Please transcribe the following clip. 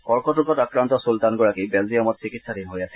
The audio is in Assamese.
কৰ্কট ৰোগত আক্ৰান্ত চুলতানগৰাকী বেলজিয়ামত চিকিৎসাধীন হৈ আছিল